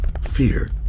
fear